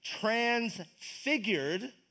transfigured